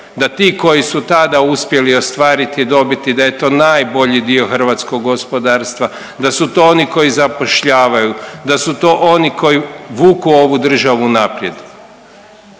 da ti koji su tada uspjeli ostvariti dobiti da je to najbolji dio hrvatskog gospodarstva, da su to oni koji zapošljavaju, da su to oni koji vuku ovu državu naprijed.